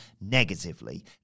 negatively